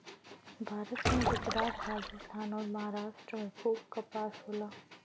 भारत में गुजरात, राजस्थान अउर, महाराष्ट्र में खूब कपास होला